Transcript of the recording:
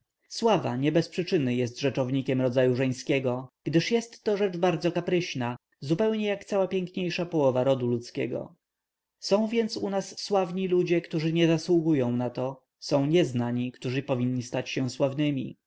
sława nie bez przyczyny jest rzeczownikiem rodzaju żeńskiego gdyż jest to rzecz bardzo kapryśna zupełnie jak cała piękniejsza połowa rodu ludzkiego są więc u nas sławni ludzie którzy nie zasługują na to są nieznani którzy powinni być sławnymi